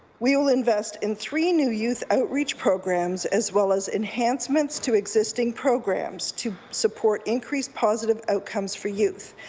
we'll invest in three new youth outreach programs as well as enharassments to existing programs to support increased positive outcomes for youth.